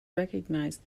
recognise